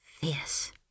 fierce